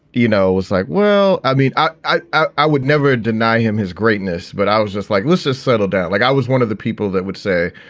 you know, was like, well, i mean, i i would never deny him his greatness, but i was just like, let's just settle down. like, i was one of the people that would say,